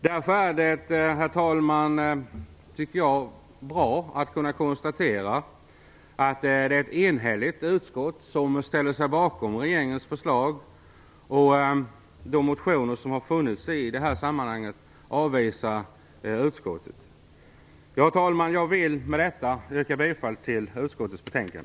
Det är därför, herr talman, bra att kunna konstatera att ett enhälligt utskott ställer sig bakom regeringens förslag och att utskottet avvisar de motioner som har väckts i den här frågan. Herr talman! Jag vill med detta yrka bifall till utskottets hemställan.